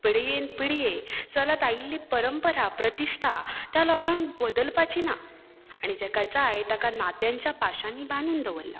पिळगेन पिळगी चलत आयिल्ली परंपरा प्रतिश्ठा त्या लोकांक बदलपाची ना आनी जाका जाय ताका नात्याच्या पाश्यांनी बांदून दवरलां